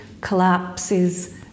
collapses